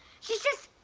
she's just